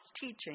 teaching